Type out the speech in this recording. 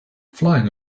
flying